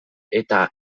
eta